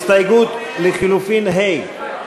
הסתייגות לחלופין (ה)